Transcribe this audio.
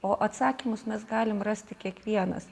o atsakymus mes galim rasti kiekvienas